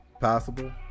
Possible